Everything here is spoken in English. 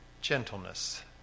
gentleness